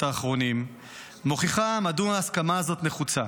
האחרונים מוכיחה מדוע ההסכמה הזאת נחוצה.